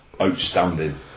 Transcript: outstanding